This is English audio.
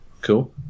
Cool